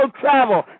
travel